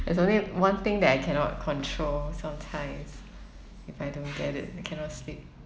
there's only one thing that I cannot control sometimes if I don't get it I cannot sleep